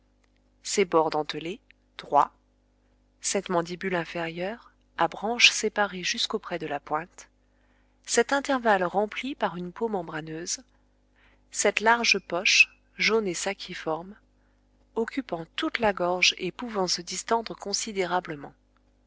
ces bords dentelés droits cette mandibule inférieure à branches séparées jusqu'auprès de la pointe cet intervalle rempli par une peau membraneuse cette large poche jaune et sacciforme occupant toute la gorge et pouvant se distendre considérablement